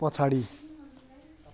पछाडि